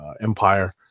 Empire